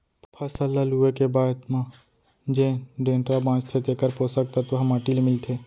फसल ल लूए के बाद म जेन डेंटरा बांचथे तेकर पोसक तत्व ह माटी ले मिलथे